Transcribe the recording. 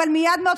אבל מהר מאוד,